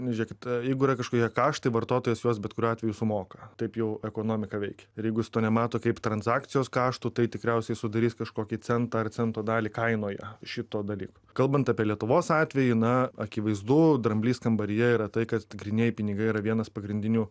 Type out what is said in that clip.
nu žiūrėkit jeigu yra kažkokie karštai vartotojas juos bet kuriuo atveju sumoka taip jau ekonomika veikia jeigu jis to nemato kaip transakcijos kaštų tai tikriausiai sudarys kažkokį centą ar cento dalį kainoje šito dalyko kalbant apie lietuvos atvejį na akivaizdu dramblys kambaryje yra tai kad grynieji pinigai yra vienas pagrindinių